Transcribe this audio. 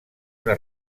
una